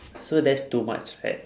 so that's too much right